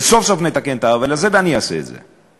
סוף-סוף נתקן את העוול הזה, ואני אעשה את זה.